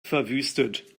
verwüstet